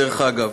דרך אגב.